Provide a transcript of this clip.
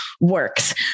works